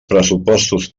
pressupostos